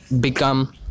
become